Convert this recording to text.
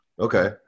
Okay